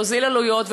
להוזיל עלויות,